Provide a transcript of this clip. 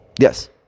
Yes